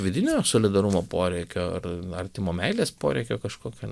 vidinio solidarumo poreikio ar artimo meilės poreikio kažkokio